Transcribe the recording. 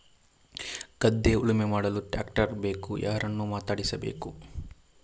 ಗದ್ಧೆ ಉಳುಮೆ ಮಾಡಲು ಟ್ರ್ಯಾಕ್ಟರ್ ಬೇಕು ಯಾರನ್ನು ಮಾತಾಡಿಸಬೇಕು?